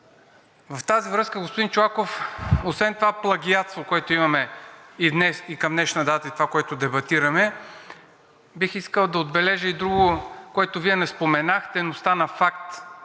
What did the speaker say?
В тази връзка, господин Чолаков, освен това плагиатство, което имаме и към днешна дата, и това, което дебатираме, бих искал да отбележа и друго, което Вие не споменахте, но стана факт,